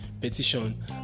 petition